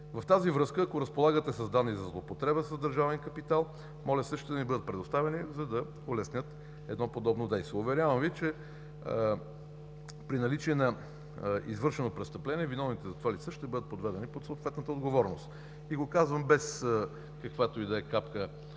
В тази връзка, ако разполагате с данни за злоупотреба с държавен капитал, моля, същите да ми бъдат предоставени, за да улеснят едно подобно действие. Уверявам Ви, че при наличие на извършено престъпление, виновните за това лица ще бъдат подведени под съответната отговорност. Казвам го без капка